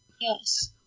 Yes